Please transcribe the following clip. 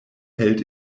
held